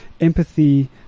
empathy